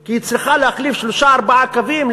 כי היא צריכה להחליף שלושה-ארבעה קווים,